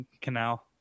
canal